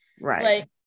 right